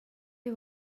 you